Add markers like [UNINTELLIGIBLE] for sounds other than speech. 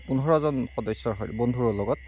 পোন্ধৰজন সদস্য [UNINTELLIGIBLE] বন্ধুৰ লগত